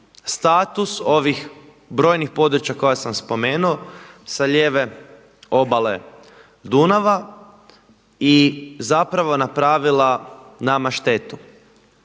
status ovih brojnih područja koje sam spomenuo sa lijeve obale Dunava i napravila nama štetu.